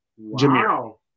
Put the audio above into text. Wow